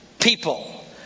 people